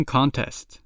Contest